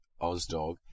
Ozdog